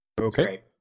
okay